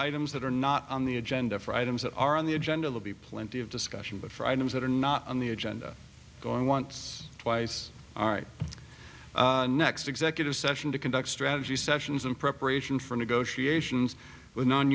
items that are not on the agenda for items that are on the agenda will be plenty of discussion but for items that are not on the agenda going once twice all right next executive session to conduct strategy sessions in preparation for negotiations with non